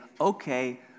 okay